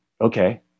okay